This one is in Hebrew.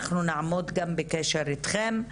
אנחנו נעמוד גם בקשר איתכם.